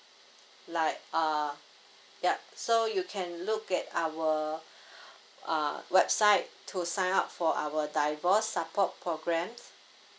like uh yup so you can look at our uh website to sign up for our divorce support programmes